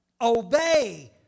obey